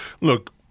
look